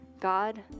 God